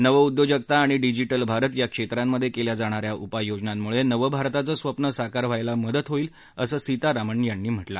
नवउद्योजकता आणि डिजिटल भारत या क्षेत्रांमधे केल्या जाणाऱ्या उपाययोजनांमुळे नवभारताचं स्वप्न साकार व्हायला मदत होईल असं सीतारामन यांनी सांगितलं